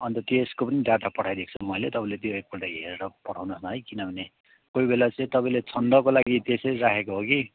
अनि त त्यसको पनि डाटा पठाइदिएको छु मैले तपाईँले त्यो एकपल्ट हेरेर पठाउनुहोस् न है किनभने कोहीबेला चाहिँ तपाईँले छन्दको लागि त्यसरी राखेको हो कि